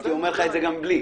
הייתי אומר לך את זה גם בלי.